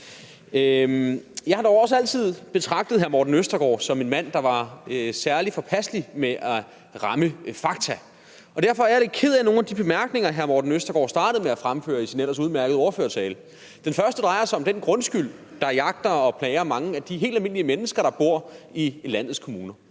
Jeg har nu også altid betragtet hr. Morten Østergaard som en mand, der var særlig påpasselig med at ramme fakta. Derfor er jeg lidt ked af nogle af de bemærkninger, hr. Morten Østergaard startede med at fremføre i sin ellers udmærkede ordførertale. Den første drejer sig om den grundskyld, der jagter og plager mange af de helt almindelige mennesker, der bor i landets kommuner.